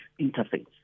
interface